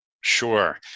Sure